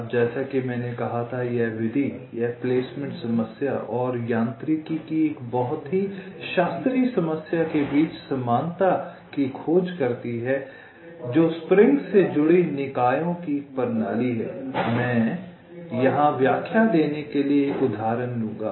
अब जैसा कि मैंने कहा था यह विधि यह प्लेसमेंट समस्या और यांत्रिकी की एक बहुत ही शास्त्रीय समस्या के बीच समानता की समानता की खोज करती है जो स्प्रिंग्स से जुड़ी निकायों की एक प्रणाली है मैं यहां व्याख्या देने के लिए एक उदाहरण लूंगा